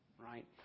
right